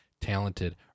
talented